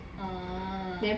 orh